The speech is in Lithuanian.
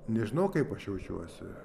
nežinau kaip aš jaučiuosi